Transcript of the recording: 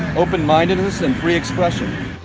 open-mindedness and free expression.